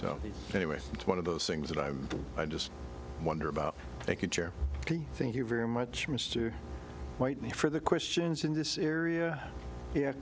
so anyway it's one of those things that i i just wonder about thank you thank you very much mr whitely for the questions in this area